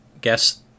guess